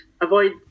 avoid